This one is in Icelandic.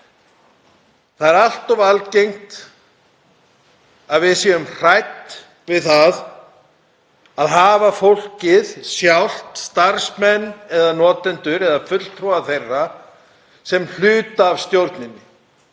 Það er allt of algengt að við séum hrædd við það að hafa fólkið sjálft, starfsmenn eða notendur eða fulltrúa þeirra, hluta af stjórninni.